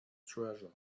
treasure